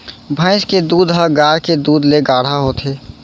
भईंस के दूद ह गाय के दूद ले गाढ़ा होथे